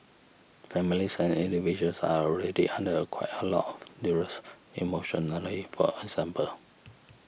families and individuals are already under quite a lot of duress emotionally for example